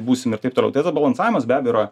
būsim ir taip toliau tai tada balansavimas be abejo yra